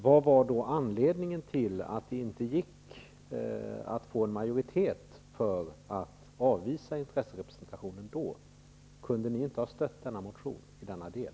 Vad var anledningen till att det då inte gick att få en majoritet för att avvisa intresserepresentationen? Kunde ni inte ha stött denna motion i denna del?